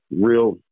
real